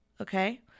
okay